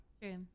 True